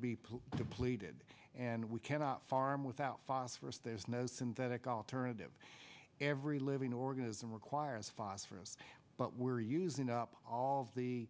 to be depleted and we cannot farm without phosphorous there's no synthetic alternative every living organism requires phosphorous but we're using up all the